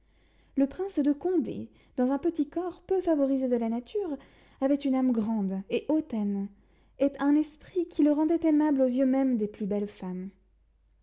le prince de condé dans un petit corps peu favorisé de la nature avait une âme grande et hautaine et un esprit qui le rendait aimable aux yeux même des plus belles femmes